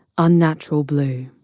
unnatural blue,